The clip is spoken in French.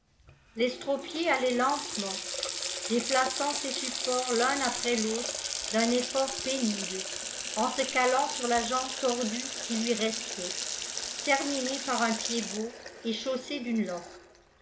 où l'estropié allait lentement déplaçant ses supports l'un après l'autre d'un effort pénible en se calant sur la jambe tordue qui lui restait terminée par un pied bot et chaussé d'une loque